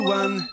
one